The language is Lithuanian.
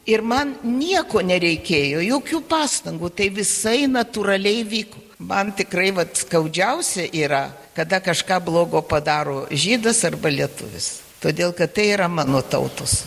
ir man nieko nereikėjo jokių pastangų tai visai natūraliai vyko man tikrai vat skaudžiausia yra kada kažką blogo padaro žydas arba lietuvis todėl kad tai yra mano tautos